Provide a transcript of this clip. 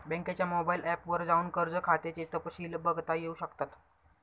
बँकेच्या mobile app वर जाऊन कर्ज खात्याचे तपशिल बघता येऊ शकतात